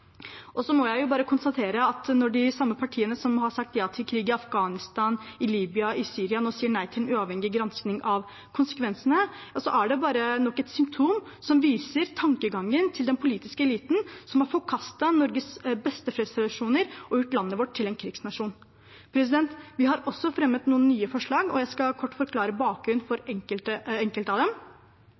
Så må jeg bare konstatere at når de samme partiene som har sagt ja til krig i Afghanistan, Libya og Syria nå sier nei til en uavhengig gransking av konsekvensene, er det bare nok et symptom som viser tankegangen til den politiske eliten som har forkastet Norges beste fredstradisjoner og gjort landet vårt til en krigsnasjon. Vi har også fremmet noen nye forslag, og jeg skal kort forklare bakgrunnen for enkelte av dem.